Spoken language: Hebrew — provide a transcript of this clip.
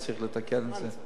אלא שצריך לתקן את זה.